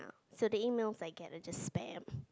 so the emails I get are just spams